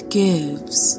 gives